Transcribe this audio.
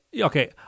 okay